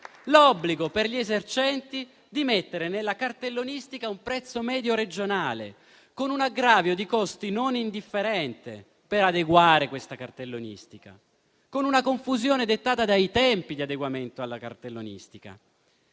l'obbligo per gli esercenti di mettere in cartellonistica un prezzo medio regionale, con un aggravio di costi non indifferente per adeguare la cartellonistica; con una confusione dettata dai tempi di adeguamento alla cartellonistica.